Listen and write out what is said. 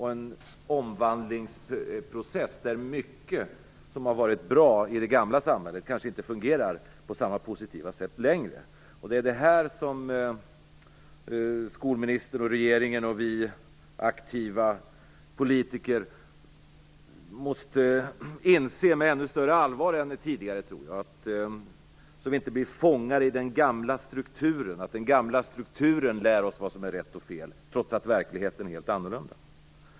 I den omvandlingsprocessen kanske mycket som har varit bra i det gamla samhället inte fungerar på samma positiva sätt längre. Det är det här som skolministern, regeringen och vi aktiva politiker måste inse med ännu större allvar än tidigare, så att vi inte blir fångar i den gamla strukturen. Då blir det den gamla strukturen som lär oss vad som är rätt och fel, trots att verkligheten är helt annorlunda.